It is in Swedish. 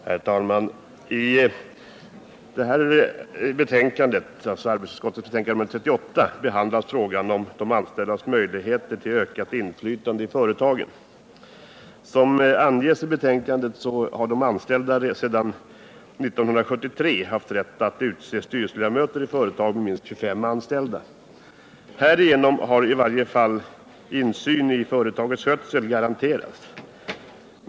Herr talman! I det här betänkandet, arbetsmarknadsutskottets betänkande nr 38, behandlas frågan om de anställdas möjligheter till ökat inflytande i företagen. Såsom anges i betänkandet har de anställda sedan 1973 haft rätt att utse styrelseledamöter i företag med minst 25 anställda. Härigenom har i varje fall insyn i företagets skötsel garanterats.